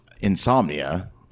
insomnia